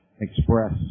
express